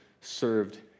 served